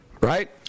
right